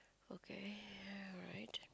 okay right